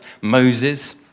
Moses